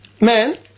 Man